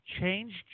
changed